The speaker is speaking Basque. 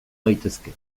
gaitezke